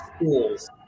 schools